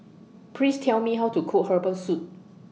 Please Tell Me How to Cook Herbal Soup